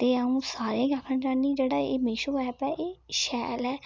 ते आ'ऊं सारें गी आखना चाह्न्नीं जेह्ड़ा एह् मीशो ऐप ऐ एह् शैल ऐ